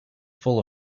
full